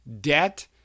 debt